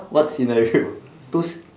what scenario two s~